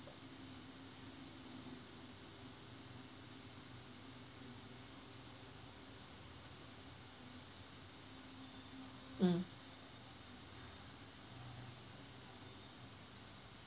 mm